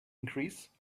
increase